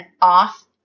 off